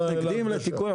אנחנו לא מתנגדים לתיקון,